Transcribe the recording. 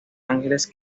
ángeles